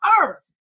earth